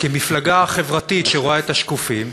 כמפלגה חברתית שרואה את השקופים,